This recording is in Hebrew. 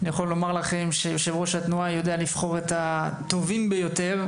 אני יכול לומר לכם שיושב-ראש התנועה יודע לבחור את הטובים ביותר,